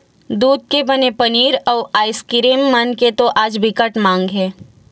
दूद के बने पनीर, अउ आइसकीरिम मन के तो आज बिकट माग हे